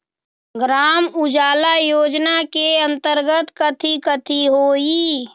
ग्राम उजाला योजना के अंतर्गत कथी कथी होई?